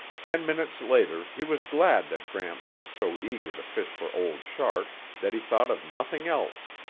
ten minutes later he was glad that gramps was so eager to fish for old shark that he thought of nothing else.